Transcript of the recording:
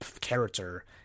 character